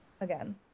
again